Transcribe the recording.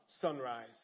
Sunrise